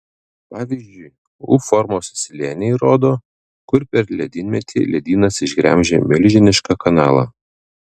pavyzdžiui u formos slėniai rodo kur per ledynmetį ledynas išgremžė milžinišką kanalą